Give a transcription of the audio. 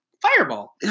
Fireball